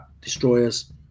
destroyers